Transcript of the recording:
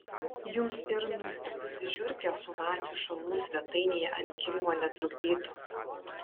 jums ir nustipusi žiurkė su nacių šalmu svetainėje ant kilimo netrukdytų